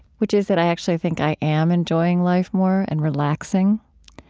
which is that i actually think i am enjoying life more and relaxing,